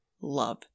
love